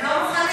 הם לא מוכנים,